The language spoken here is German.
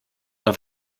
noch